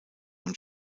und